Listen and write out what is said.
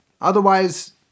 Otherwise